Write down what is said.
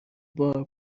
بار